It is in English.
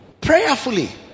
prayerfully